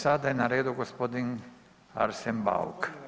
Sada je na redu gospodin Arsen Bauk.